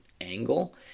angle